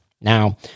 Now